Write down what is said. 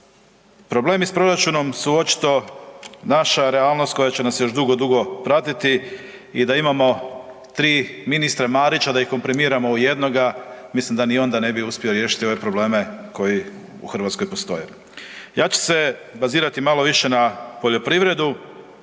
problemi s proračunom su očito naša realnost koja će nas još dugo, dugo pratiti i da imamo 3 ministra Marića, da ih komprimiramo u jednoga, mislim da ni onda ne bi uspjeli riješiti ove probleme koji u Hrvatskoj postoje. Ja ću se bazirati malo više na poljoprivredu